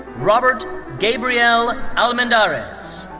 robert gabriel almendarez.